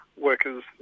workers